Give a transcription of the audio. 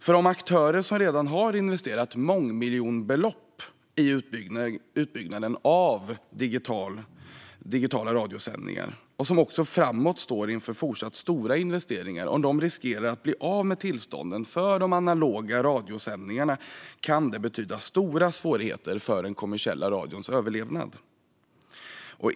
Om aktörer som redan har investerat mångmiljonbelopp i utbyggnaden för digitala radiosändningar och som också framåt står inför fortsatta stora investeringar riskerar att bli av med tillstånden för de analoga radiosändningarna kan det betyda stora svårigheter för den kommersiella radions överlevnad.